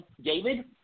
David